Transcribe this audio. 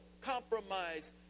compromise